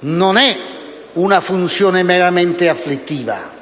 non è una funzione meramente afflittiva